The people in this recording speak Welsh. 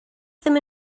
ddim